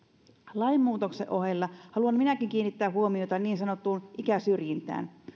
lainmuutoksen ohella minäkin haluan kiinnittää huomiota niin sanottuun ikäsyrjintään